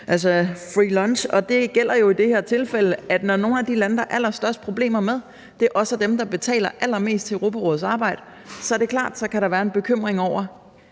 as a free lunch. Og det gælder jo i det her tilfælde, at når nogle af de lande, som der er allerstørst problemer med, også er dem, der betaler allermest til Europarådets arbejde, så er det klart, at der kan være en bekymring over,